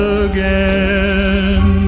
again